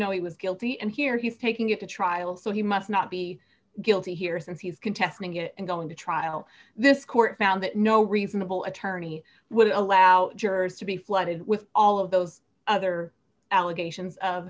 know he was guilty and here he's taking it to trial so he must not be guilty here since he's contesting it and going to trial this court found that no reasonable attorney would allow jurors to be flooded with all of those other allegations of